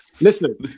Listen